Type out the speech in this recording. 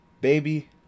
Baby